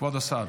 כבוד השר.